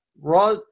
Raw